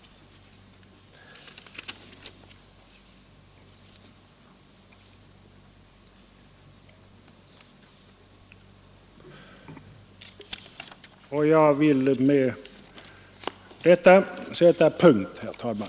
Jag vill med dessa ord sätta punkt, herr talman!